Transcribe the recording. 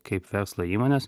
kaip verslo įmonės